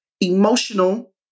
emotional